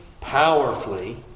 powerfully